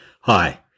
Hi